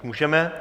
Můžeme.